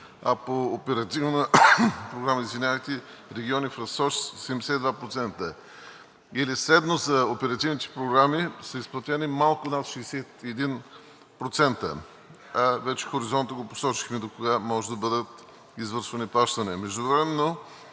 а по Оперативна програма „Региони в растеж“ – 72%. Или средно за оперативните програми са изплатени малко над 61%, а вече хоризонта го посочихме – докога може да бъдат извършвани плащания. Междувременно